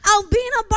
Albina